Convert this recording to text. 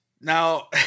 now